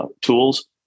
tools